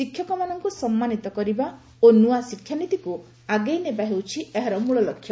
ଶିକ୍ଷକମାନଙ୍କୁ ସମ୍ମାନିତ କରିବା ଓ ନୂଆ ଶିକ୍ଷାନୀତିକୁ ଆଗେଇ ନେବା ହେଉଛି ଏହାର ମୂଳ ଲକ୍ଷ୍ୟ